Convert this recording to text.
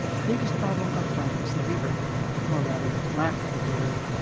the biggest problem up front is the reverb or, rather, lack of reverb.